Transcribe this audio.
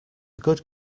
good